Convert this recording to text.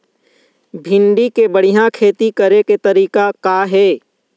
भिंडी के बढ़िया खेती करे के तरीका का हे?